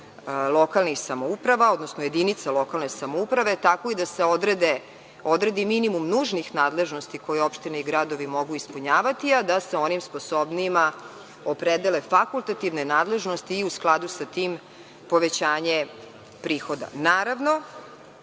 lokalnih samouprava, odnosno jedinica lokalne samouprave tako i da se odredi minimum nužnih nadležnosti koje opštine i gradovi mogu ispunjavati, a da se onim sposobnijima opredele fakultativne nadležnosti i u skladu sa tim povećanje prihoda. Naravno